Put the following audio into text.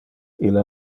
ille